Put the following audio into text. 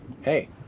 Hey